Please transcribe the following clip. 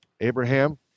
Abraham